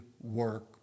work